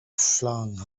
flung